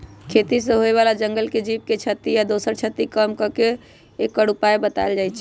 खेती से होय बला जंगल के जीव के क्षति आ दोसर क्षति कम क के एकर उपाय् बतायल जाइ छै